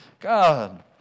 God